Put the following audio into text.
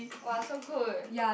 !wah! so good